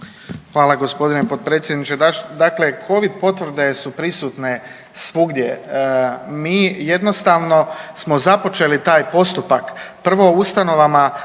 Hvala g. potpredsjedniče. Dakle, covid potvrde su prisutne svugdje. Mi jednostavno smo započeli taj postupak, prvo u ustanovama